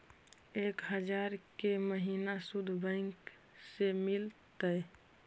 एक हजार के महिना शुद्ध बैंक से मिल तय?